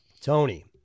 Tony